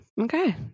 Okay